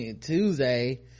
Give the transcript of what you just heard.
Tuesday